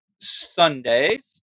Sundays